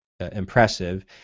Impressive